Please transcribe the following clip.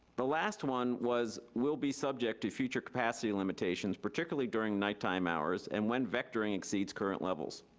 the last one was will be subject to future capacity limitations, particularly during nighttime hours, and when vectoring exceeds current levels.